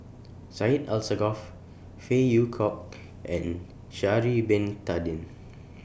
Syed Alsagoff Phey Yew Kok and Sha'Ari Bin Tadin